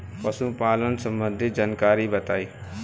पशुपालन सबंधी जानकारी बताई?